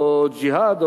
או "ג'יהאד",